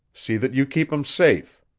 see that you keep him safe.